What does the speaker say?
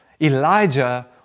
Elijah